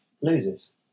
loses